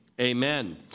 Amen